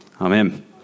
Amen